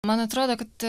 man atrodo kad